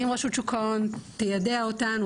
אם רשות שוק ההון תיידע אותנו,